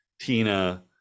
tina